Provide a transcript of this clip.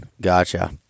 Gotcha